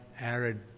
arid